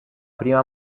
prima